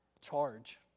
charge